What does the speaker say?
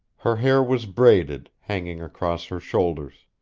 her hair was braided, hanging across her shoulders.